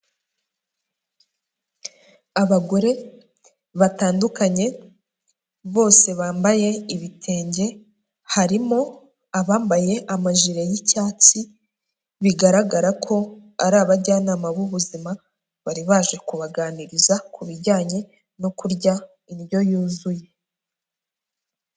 Abagore batandukanye bose bambaye ibitenge, harimo abambaye amajire y'icyatsi bigaragara ko ari abajyanama b'ubuzima bari baje kubaganiriza ku bijyanye no kurya indyo yuzuye.